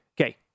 Okay